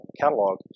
catalog